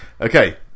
Okay